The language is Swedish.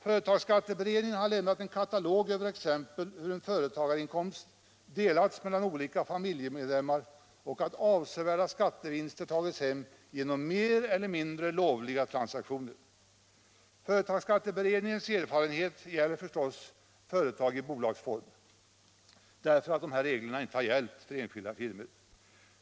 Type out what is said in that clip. Företagsskatteberedningen har lämnat en katalog över exempel på hur en företagsinkomst delas mellan olika familjemedlemmar och visat att avsevärda skattevinster tagits hem genom mer eller mindre lovliga transaktioner. Företagsskatteberedningens erfarenheter gäller förstås företag i bolagsform därför att de här reglerna inte gällt enskilda firmor.